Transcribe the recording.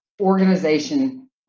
organization